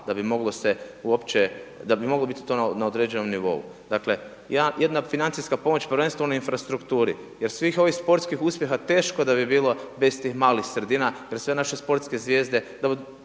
da bi moglo biti to na određenom nivou. Dakle jedna financijska pomoć prvenstveno infrastrukturi jer svih ovih sportskih uspjeha teško da bi bilo bez tih malih sredina jer sve naše sportske zvijezde,